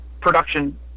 production